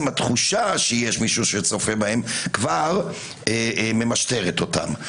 התחושה שיש מישהו כזה כבר ממשטרת אותם.